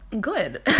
good